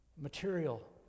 material